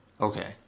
Okay